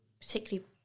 particularly